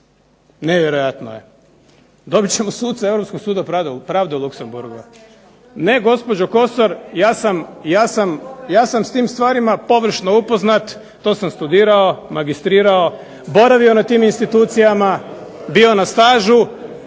Nevjerojatno je! Dobit ćemo suca Europskog suda pravde u Luksemburgu. … /Upadica se ne razumije./… Ne gospođo Kosor ja sam s tim stvarima površno upoznat, to sam studirao, magistrirao, boravio na tim institucijama, bio na stažu